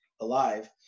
alive